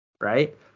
right